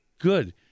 good